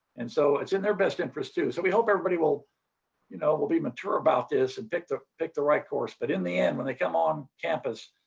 and so it's in their best interest, too. we hope everybody will you know will be mature about this and pick the pick the right course but in the end when they come on campus,